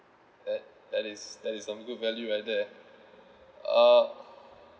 that that is that is some good value right there uh